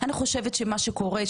אני חושבת שמה שקורה,